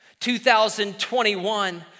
2021